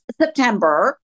September